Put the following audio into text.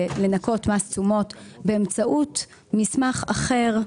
לנכות מס תשומות באמצעות מסמך אחר,